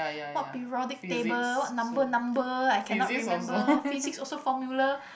what periodic table what number number I cannot remember physics also formula